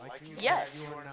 yes